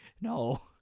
No